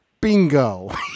Bingo